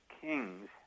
kings